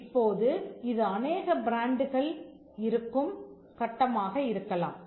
இப்போது இது அனேக பிராண்டுகள் இருக்கும் கட்டமாக இருக்கலாம்